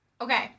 Okay